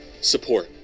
support